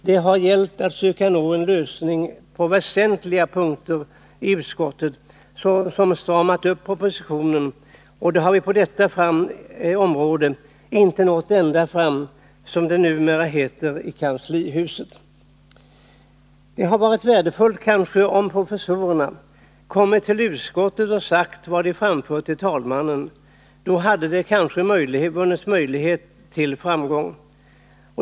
Det har gällt att söka nå en lösning i utskottet, som på väsentliga punkter stramat upp propositionen, och då har vi på detta område inte nått ända fram, som det numera heter på kanslihusspråk. Det hade varit värdefullt om professorerna kommit till utskottet och sagt det som de framfört till talmannen. Då hade det kanske funnits möjlighet till framgång.